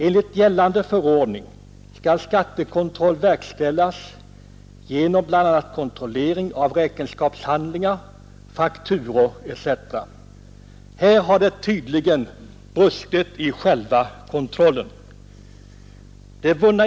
Enligt gällande förordning skall skattekontroll verkställas genom bl.a. genomgång av räkenskapshandlingar, fakturor etc. Här har det tydligen brustit i själva kontrollen.